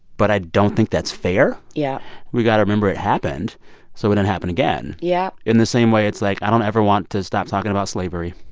but i don't think that's fair yeah we got to remember it happened so it don't happen again yeah in the same way, it's like, i don't ever want to stop talking about slavery